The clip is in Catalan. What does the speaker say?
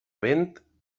vent